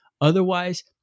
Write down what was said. otherwise